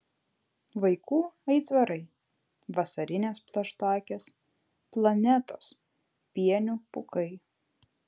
vaikų aitvarai vasarinės plaštakės planetos pienių pūkai